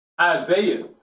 Isaiah